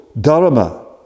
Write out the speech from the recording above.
dharma